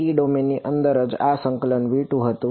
E ડોમેનની અંદર જ આ સંકલન V2 હતું